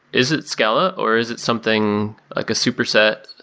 is it scala or is it something, like a superset?